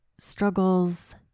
Struggles